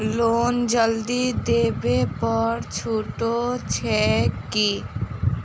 Loan जल्दी देबै पर छुटो छैक की?